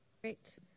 Great